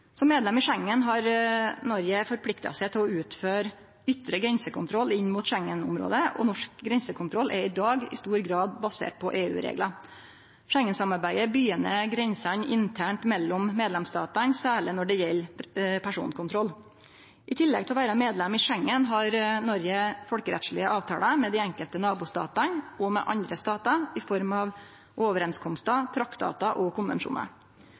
Som medlem i Schengen har Noreg forplikta seg til å utføre ytre grensekontroll inn mot Schengen-området, og norsk grensekontroll er i dag i stor grad basert på EU-reglar. Schengen-samarbeidet byggjer ned grensene internt mellom medlemsstatane, særleg når det gjeld personkontroll. I tillegg til å vere medlem i Schengen har Noreg folkerettslege avtalar med dei enkelte nabostatane og med andre statar i form av overeinskomstar, traktatar og